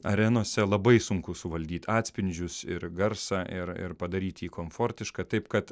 arenose labai sunku suvaldyt atspindžius ir garsą ir ir padaryt jį komfortišką taip kad